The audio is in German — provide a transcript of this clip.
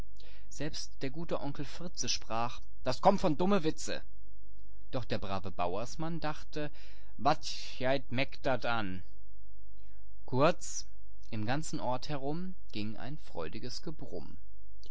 selbst der gute onkel fritze sprach das kommt von dumme witze doch der brave bauersmann dachte wat geiht meck dat an kurz im ganzen ort herum ging ein freudiges gebrumm